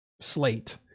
slate